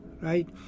right